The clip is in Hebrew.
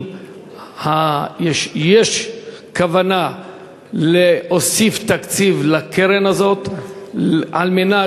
האם יש כוונה להוסיף תקציב לקרן הזאת על מנת